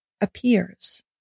appears